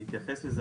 אני אתייחס לזה,